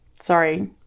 Sorry